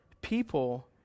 people